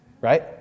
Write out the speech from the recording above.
right